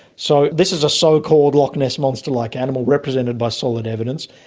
so this is a so-called loch ness monster-like animal, represented by solid evidence,